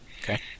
Okay